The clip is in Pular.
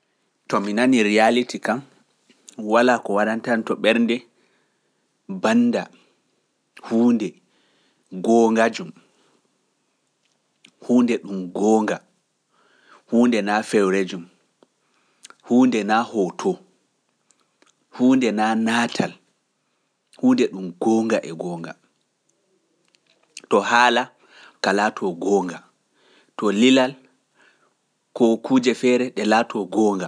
To mi nanii reality kam, walaa ko waɗantanto ɓernde banda huunde goonga jom, huunde ɗum goonga, huunde naa fewre jom, huunde naa hoto, huunde naa naatal, huunde ɗum goonga e gonga. To haala ka laato gonga. To lilal ko kujje feere ɗe laato gonga.l